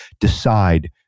decide